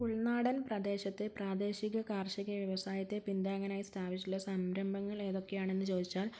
ഉൾനാടൻ പ്രദേശത്തെ പ്രാദേശിക കാർഷിക വ്യവസായത്തെ പിൻതാങ്ങാനായി സ്ഥാപിച്ചിട്ടുള്ള സംരംഭങ്ങൾ ഏതൊക്കെയാണെന്ന് ചോദിച്ചാൽ